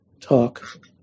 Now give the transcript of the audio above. talk